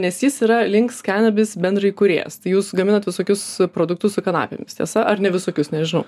nes jis yra links kenabis bendraįkūrėjas tai jūs gaminat visokius produktus su kanapėmis tiesa ar ne visokius nežinau